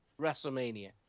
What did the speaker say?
WrestleMania